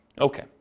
Okay